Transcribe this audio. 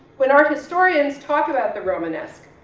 when art historians talk about the romanesque,